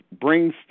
brings